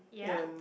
yup